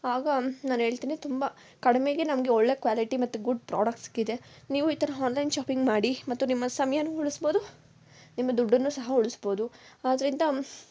ಆಗ ನಾನು ಹೇಳ್ತಿನಿ ತುಂಬ ಕಡಿಮೆಗೆ ನಮಗೆ ಒಳ್ಳೆ ಕ್ವಾಲಿಟಿ ಮತ್ತು ಗುಡ್ ಪ್ರಾಡಕ್ಟ್ ಸಿಕ್ಕಿದೆ ನೀವು ಈ ಥರ ಹಾನ್ಲೈನ್ ಶಾಪಿಂಗ್ ಮಾಡಿ ಮತ್ತು ನಿಮ್ಮ ಸಮಯವೂ ಉಳಿಸ್ಬೋದು ನಿಮ್ಮ ದುಡ್ಡನ್ನು ಸಹ ಉಳಿಸ್ಬೋದು ಆದ್ರಿಂದ